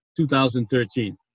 2013